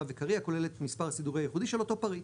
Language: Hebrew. וקריא הכולל את המספר הסידורי הייחודי של אותו פריט.